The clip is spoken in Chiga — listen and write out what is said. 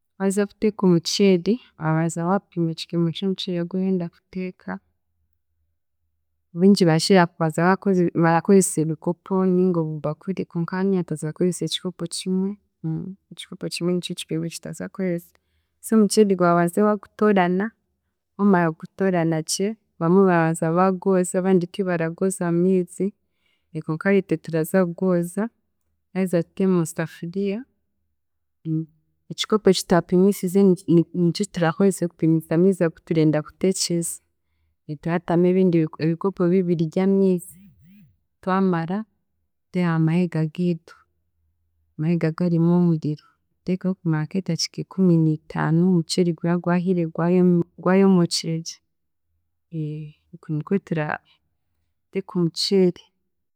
Waaza kiteeka omuceeri, orabanza waapima ekipimo ky'omuceeri ogu orenda kuteeka, bingi barakira kubanza bakoze barakoresa ebikopo ninga obubakuri konka hanuuya twaza kukozesa ekikopo kimwe, ekikopo kimwe nikyo kipimo eki twaza kukoresa so omuceeri gwawe obanze waagutoorana, waamara kugutoorana gye, bamwe barabanza bagwoza abandi tibaragwoza mu miizi konka nitwe turaza kugwonza, naaheza tute mu safuriya, ekikopo eki twapimiisize ni- nikyo turaakozesa kupimisa amiizi agu turenda kuteekyesa, twatamu ebindi bikopo bibiri by'amiizi, twamara tute aha mahega giitu, amahega garimu omuriro tuteekeho kumara nk'edakiika ikuminiitaano omuceeri guraba gwahiire gwayomo gwayomookire gye, okwe nikwe turateeka omuceeri.